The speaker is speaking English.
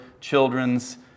children's